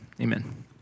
amen